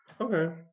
Okay